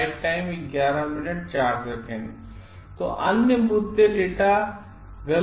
तो अन्य मुद्दे डेटा गलत तरीके से प्रस्तुत करना हैं